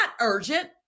urgent